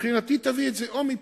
ומבחינתי תביא את זה מפה,